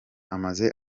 amaze